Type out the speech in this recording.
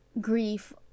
grief